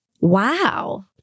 Wow